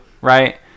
right